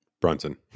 Brunson